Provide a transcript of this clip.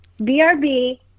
BRB